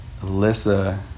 Alyssa